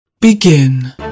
Begin